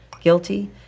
guilty